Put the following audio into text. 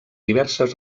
diverses